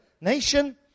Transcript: nation